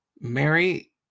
Mary